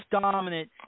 dominant